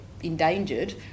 endangered